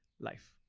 life